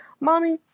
Mommy